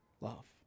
love